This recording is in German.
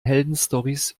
heldenstorys